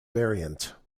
variant